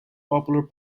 popular